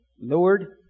Lord